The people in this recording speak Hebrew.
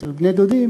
אצל בני דודים,